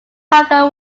cargo